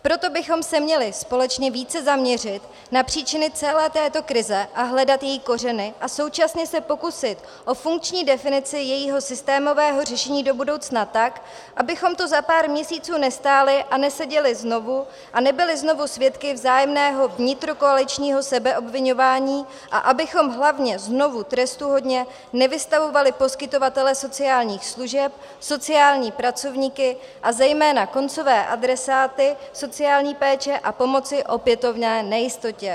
Proto bychom se měli společně více zaměřit na příčiny celé této krize a hledat její kořeny a současně se pokusit o funkční definici jejího systémového řešení do budoucna tak, abychom tu za pár měsíců nestáli a neseděli znovu a nebyli znovu svědky vzájemného vnitrokoaličního sebeobviňování a abychom hlavně znovu trestuhodně nevystavovali poskytovatele sociálních služeb, sociální pracovníky a zejména koncové adresáty sociální péče a pomoci opětovné nejistotě.